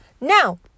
Now